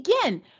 Again